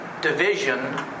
Division